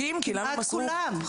כמעט כולם.